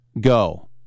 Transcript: go